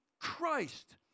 Christ